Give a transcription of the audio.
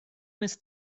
miss